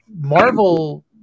Marvel